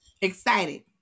Excited